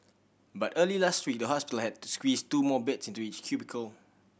but early last week the hospital had to squeeze two more beds into each cubicle